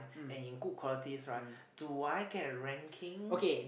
and in good quality right do I got ranking